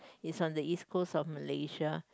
it's on the East Coast of Malaysia